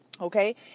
Okay